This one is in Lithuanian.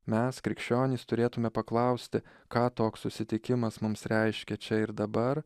mes krikščionys turėtume paklausti ką toks susitikimas mums reiškia čia ir dabar